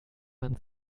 man